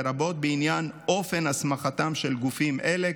לרבות בעניין אופן הסמכתם של גופים אלה,